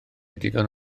digon